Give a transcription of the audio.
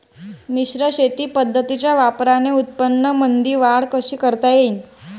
मिश्र शेती पद्धतीच्या वापराने उत्पन्नामंदी वाढ कशी करता येईन?